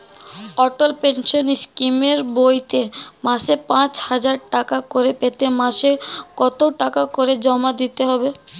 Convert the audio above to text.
অটল pension স্কিমের বইতে মাসে পাঁচ হাজার টাকা করে পেতে মাসে কত টাকা করে জমা দিতে হবে?